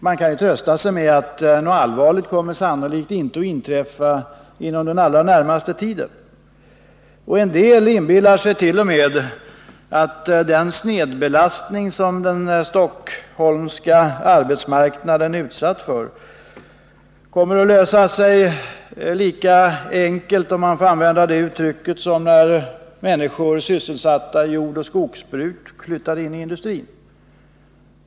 Man kan trösta sig med att något allvarligt sannolikt inte kommer att inträffa inom den allra närmaste tiden. En del inbillar sig t.o.m. att den snedbelastning som den stockholmska arbetsmarknaden är utsatt för kommer att lösa sig lika enkelt — om man får använda det uttrycket — som när människor sysselsatta i jordoch skogsbruk flyttade in i industrin.